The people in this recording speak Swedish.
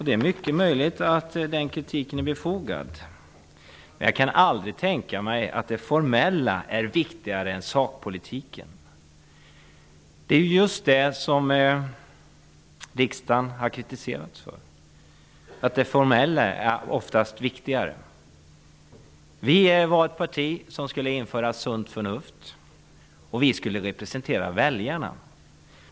Det är mycket möjligt att den kritiken är befogad. Men jag kan aldrig tänka mig att det formella är viktigare än sakpolitiken. Det är ju just det som riksdagen har kritiserats för, nämligen att det formella ofta är viktigare. Ny demokrati var ett parti som skulle införa sunt förnuft i politiken, och vi skulle representera väljarna.